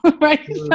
right